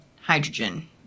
hydrogen